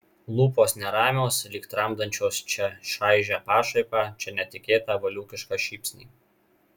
lūpos neramios lyg tramdančios čia šaižią pašaipą čia netikėtą valiūkišką šypsnį